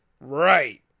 Right